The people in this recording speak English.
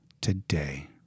today